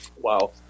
Wow